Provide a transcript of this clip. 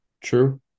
True